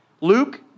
Luke